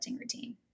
routine